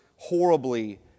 horribly